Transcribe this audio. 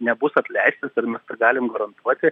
nebus atleistas kad mes tą galim garantuoti